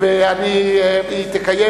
תקיים